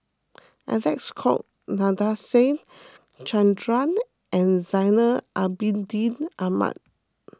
Alec Kuok Nadasen Chandra and Zainal Abidin Ahmad